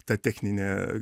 ta technine